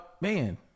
man